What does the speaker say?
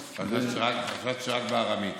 חשבתי שרק בארמית.